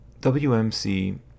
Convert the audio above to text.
WMC